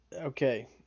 Okay